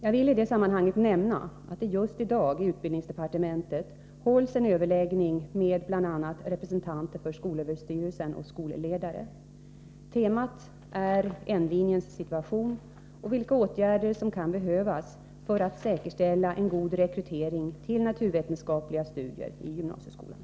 Jag vill i det sammanhanget nämna att det just i dag på utbildningsdepartementet hålls en överläggning med bl.a. representanter för skolöverstyrelsen och skolledare. Temat är N-linjens situation och vilka åtgärder som kan behövas för att säkerställa en god rekrytering till naturvetenskapliga studier i gymnasieskolan.